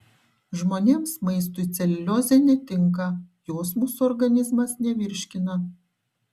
žmonėms maistui celiuliozė netinka jos mūsų organizmas nevirškina